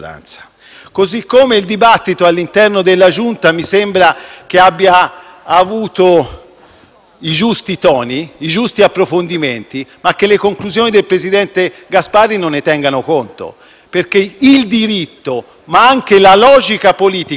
i giusti toni e i giusti approfondimenti, ma che le conclusioni del presidente Gasparri non ne tengano conto. Il diritto, ma anche la logica politica e il rispetto istituzionale avrebbero dovuto portare il relatore di maggioranza a conclusioni molto diverse,